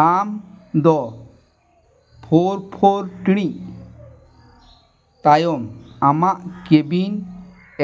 ᱟᱢᱫᱚ ᱯᱷᱳᱨ ᱯᱷᱳᱨ ᱴᱤᱲᱤᱡ ᱛᱟᱭᱚᱢ ᱟᱢᱟᱜ ᱠᱮᱵᱤᱱ